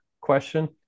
question